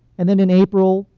and then, in april,